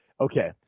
Okay